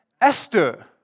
Esther